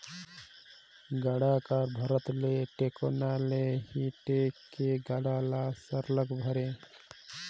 गाड़ा कर भरत ले टेकोना ले ही टेक के गाड़ा ल सरलग भरे